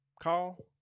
call